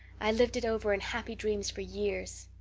i lived it over in happy dreams for years.